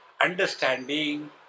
understanding